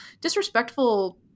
disrespectful